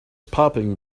popping